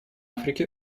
африки